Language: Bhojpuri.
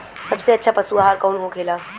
सबसे अच्छा पशु आहार कौन होखेला?